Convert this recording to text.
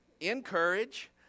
encourage